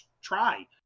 try